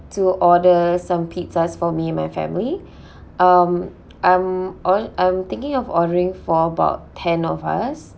to order some pizzas for me and my family um I'm or~ I'm thinking of ordering for about ten of us